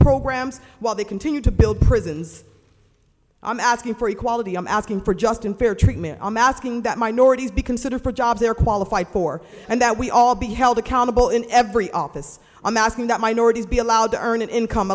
programs while they continue to build prisons i'm asking for equality i'm asking for just unfair treatment i'm asking that minorities be considered for a job they're qualified for and that we all be held accountable in every office i'm asking that minorities be allowed to earn an income